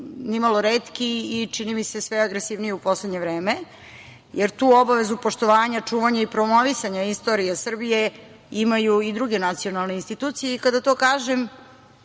nimalo retki i, čini mi se, sve agresivniji u poslednje vreme. Obavezu poštovanja, čuvanja i promovisanja istorije Srbije imaju i druge nacionalne institucije i kada to kažem,